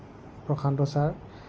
Prashanta sir